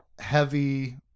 heavy